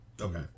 okay